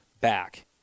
back